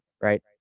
right